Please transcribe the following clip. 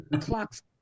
clocks